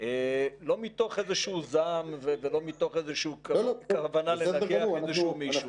לא מתוך איזשהו זעם ולא מתוך איזושהי כוונה לנגח איזשהו מישהו.